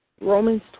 Romans